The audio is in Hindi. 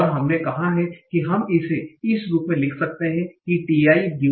और हमने कहा कि हम इसे इस रूप में लिख सकते हैं कि ti